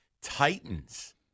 Titans